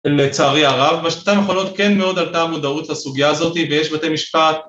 לצערי הרב, מה שאתן יכולות, כן מאוד עלתה המודעות לסוגיה הזאת, ויש בתי משפט